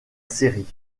série